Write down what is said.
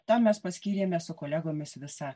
tam mes paskyrėme su kolegomis visą